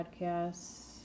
podcasts